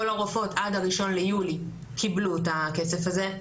כל הרופאות עד ה-1 ביולי קיבלו את הכסף הזה,